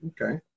Okay